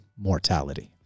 mortality